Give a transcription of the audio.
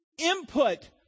input